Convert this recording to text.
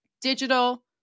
digital